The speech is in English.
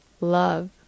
love